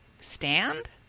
stand